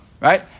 right